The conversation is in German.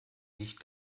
nicht